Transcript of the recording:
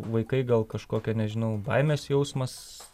vaikai gal kažkokio nežinau baimės jausmas